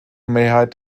mehrheit